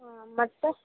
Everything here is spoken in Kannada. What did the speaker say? ಹಾಂ ಮತ್ತು